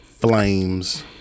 flames